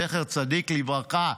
זכר צדיק לברכה,